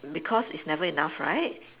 because it's never enough right